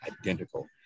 identical